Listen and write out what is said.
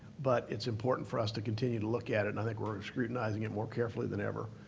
but it's important for us to continue to look at it, and i think we're scrutinizing it more carefully than ever.